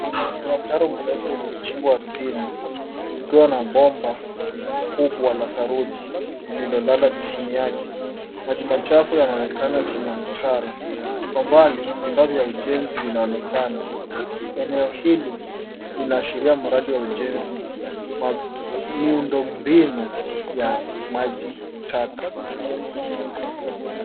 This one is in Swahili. Kuna mtaro mrefu uliochimbwa ardhini ukiwa na bomba kubwa la saruji lililolala chini yake. Maji machafu yanaonekana chini ya mtaro. Kwa umbali, vifaa vya ujenzi vinaonekana. Eneo hili linaashiria mradi wa ujenzi wa miundombinu ya maji taka.